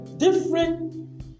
Different